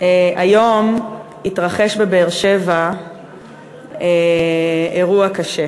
היום התרחש בבאר-שבע אירוע קשה.